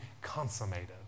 consummated